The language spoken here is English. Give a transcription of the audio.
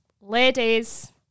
Ladies